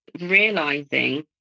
realizing